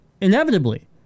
inevitably